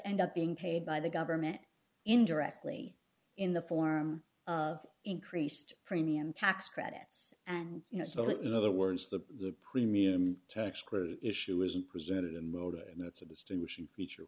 end up being paid by the government indirectly in the form of increased premium tax credits and you know so in other words the premium tax credit issue isn't presented in mota and that's a distinguishing feature